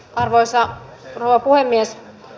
arvoisa rouva puhemies